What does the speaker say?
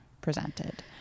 presented